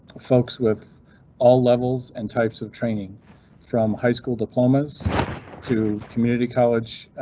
folks with all levels and types of training from high school diplomas to community college.